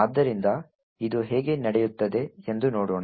ಆದ್ದರಿಂದ ಇದು ಹೇಗೆ ನಡೆಯುತ್ತದೆ ಎಂದು ನೋಡೋಣ